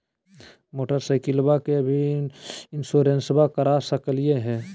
मोटरसाइकिलबा के भी इंसोरेंसबा करा सकलीय है?